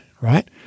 right